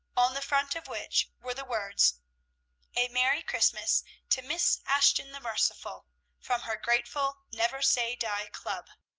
on the front of which were the words a merry christmas to miss ashton the merciful from her grateful never say die club.